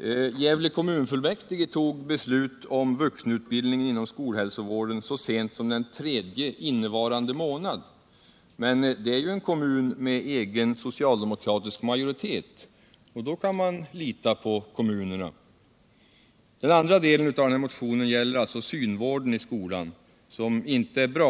| Gävle kommunfullmäktige fattade et beslut om att vuxenutbildningen skulle ingå i skolhälsovården så sent som den 3 innevarande månad - men Gävle är en kommun med egen socialdemokratisk majoritet, och då kan man ju lita på kommunerna! | Den andra delen av motionen gäller synvården i skolan, som inte är bra.